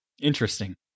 Interesting